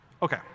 Okay